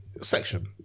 section